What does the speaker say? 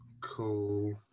Cool